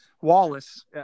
Wallace